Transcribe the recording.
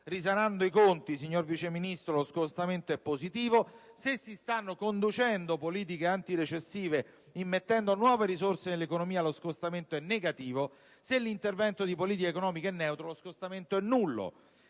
risanando i conti, signor Vice ministro, lo scostamento è positivo; se si stanno conducendo politiche antirecessive immettendo nuove risorse nell'economia lo scostamento è negativo; se l'intervento di politica economica è neutro, lo scostamento è nullo.